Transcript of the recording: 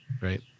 Right